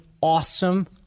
awesome